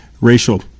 Racial